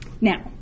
Now